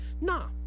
Nah